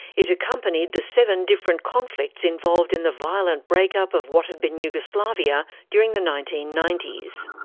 it accompanied the seven different conflicts involved in the violent break-up of what had been yugoslavia during the nineteen ninety s.